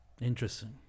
interesting